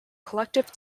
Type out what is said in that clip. collective